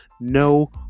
no